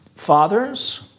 Fathers